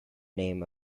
name